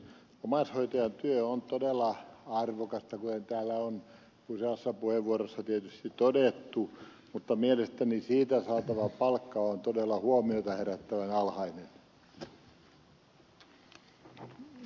omaishoitajan työ on todella arvokasta kuten täällä on useassa puheenvuorossa tietysti todettu mutta mielestäni siitä saatava palkka on todella huomiota herättävän alhainen